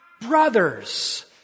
brothers